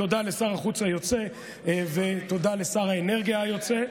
תודה לשר החוץ היוצא ותודה לשר האנרגיה היוצא.